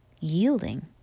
yielding